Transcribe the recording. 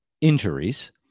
injuries